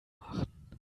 machen